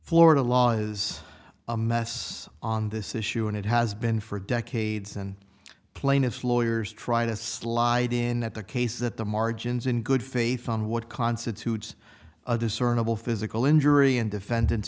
florida law is a mess on this issue and it has been for decades and plaintiff's lawyers trying to slide in that the case that the margins in good faith on what constitutes a discernible physical injury and defendants